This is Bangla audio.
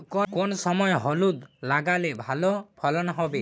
কোন সময় হলুদ লাগালে ভালো ফলন হবে?